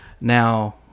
now